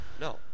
No